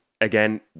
again